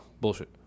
bullshit